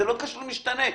זה לא קשור למשתנה.